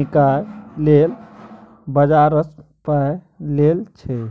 निकाय लेल बजारसँ पाइ लेल छै